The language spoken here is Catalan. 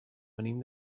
venim